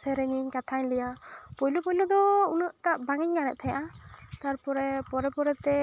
ᱥᱮᱨᱮᱧ ᱤᱧ ᱠᱟᱛᱷᱟᱧ ᱞᱟᱹᱭᱟ ᱯᱳᱭᱞᱳ ᱯᱳᱭᱞᱳ ᱫᱚ ᱩᱱᱟᱹᱜ ᱴᱟ ᱵᱟᱝᱤᱧ ᱫᱟᱲᱮᱭᱟᱜ ᱛᱟᱦᱮᱸᱜᱼᱟ ᱛᱟᱨᱯᱚᱨᱮ ᱯᱚᱨᱮ ᱯᱚᱨᱮᱛᱮ